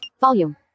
Volume